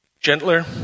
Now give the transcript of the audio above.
gentler